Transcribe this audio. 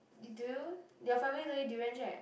do you your family don't eat durians right